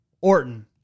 Orton